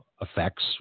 effects